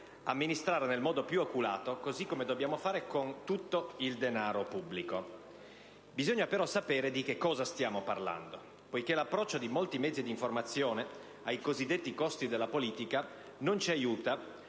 amministrarla nel modo più oculato, così come dobbiamo fare con tutto il denaro pubblico. Bisogna però sapere di cosa stiamo parlando, poiché l'approccio di molti mezzi di informazione ai cosiddetti costi della politica non ci aiuta,